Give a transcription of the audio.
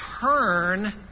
Turn